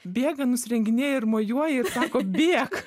bėga nusirenginėja ir mojuoja ir sako bėk